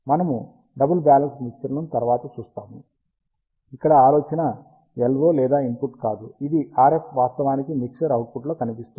మనం double balanced మిక్సర్ల ను తరువాత చూస్తాము ఇక్కడ ఆలోచన LO లేదా ఇన్పుట్ కాదు ఇది RF వాస్తవానికి మిక్సర్ అవుట్పుట్లో కనిపిస్తుంది